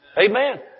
Amen